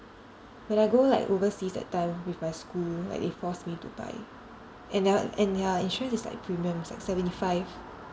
when I go like overseas that time with my school like they force me to buy and their and ya insurance is like premium it's like seventy five